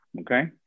Okay